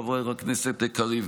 חבר הכנסת קריב,